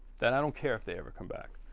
then i don't care if they ever come back.